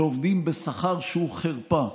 שעובדים בשכר שהוא חרפה.